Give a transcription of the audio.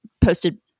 posted